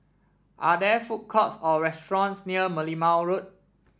are there food courts or restaurants near Merlimau Road